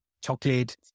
chocolate